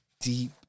deep